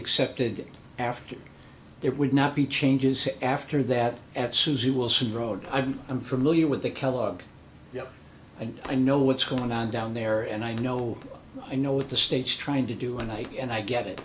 accepted after it would not be changes after that at suzy wilson road and i'm familiar with the kellogg and i know what's going on down there and i know i know what the state's trying to do a night and i get it